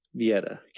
vieta